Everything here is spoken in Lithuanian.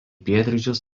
pietryčius